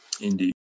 Indeed